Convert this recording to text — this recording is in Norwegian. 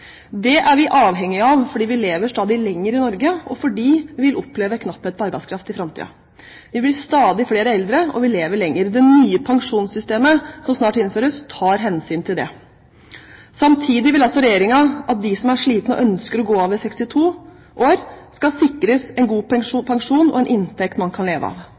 Det er vi avhengige av, fordi vi lever stadig lenger i Norge, og fordi vi vil oppleve knapphet på arbeidskraft i framtida. Vi blir stadig flere eldre, og vi lever lenger. Det nye pensjonssystemet som snart innføres, tar hensyn til det. Samtidig vil altså Regjeringen at de som er slitne og ønsker å gå av ved 62 år, skal sikres en god pensjon og en inntekt man kan leve av.